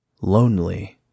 lonely